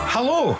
Hello